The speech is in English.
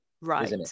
right